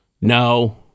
No